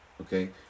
okay